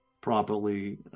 properly